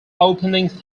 opening